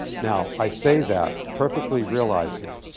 now, i say that perfectly realizing